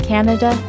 Canada